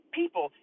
people